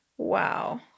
Wow